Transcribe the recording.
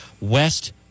West